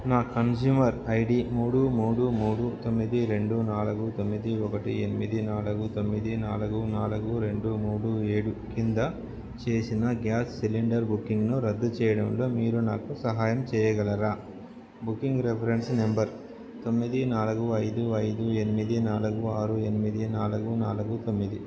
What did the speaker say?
నా consumer ID మూడు మూడు మూడు తొమ్మిది రెండు నాలుగు తొమ్మిది ఒకటి ఎనిమిది నాలుగు తొమ్మిది నాలుగు నాలుగు రెండు మూడు ఏడు క్రింద చేసిన గ్యాస్ సిలిండర్ బుకింగ్ను రద్దు చేయడంలో మీరు నాకు సహాయం చేయగలరా బుకింగ్ రిఫరెన్స్ నెంబర్ తొమ్మిది నాలుగు ఐదు ఐదు ఎనిమిది నాలుగు ఆరు ఎనిమిది నాలుగు నాలుగు తొమ్మిది